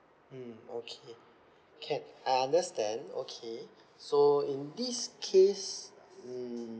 mm okay can I understand okay so in this case mm